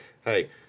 hey